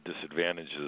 disadvantages